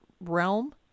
realm